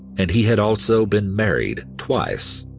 and he had also been married twice.